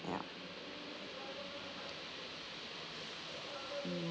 ya